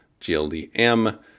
GLDM